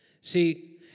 See